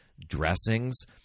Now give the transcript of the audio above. dressings